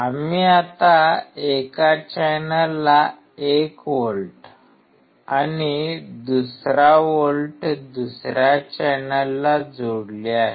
आम्ही आता एका चॅनेलला 1 व्होल्ट आणि दुसरा व्होल्ट दुसऱ्या चॅनेलला जोडले आहे